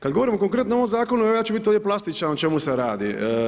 Kad govorimo konkretno o ovom zakonu, ja ću biti ovdje plastičan o čemu se radi.